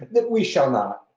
that we shall not.